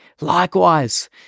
Likewise